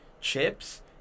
chips